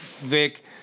Vic